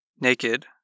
naked